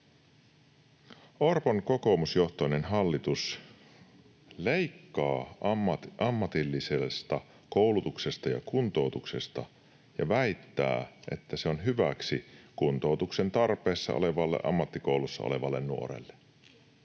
Orpon kokoomusjohtoinen hallitus leikkaa ammatillisesta koulutuksesta ja kuntoutuksesta ja väittää, että se on hyväksi kuntoutuksen tarpeessa olevalle ammattikoulussa olevalle nuorelle.